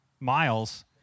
miles